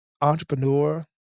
entrepreneur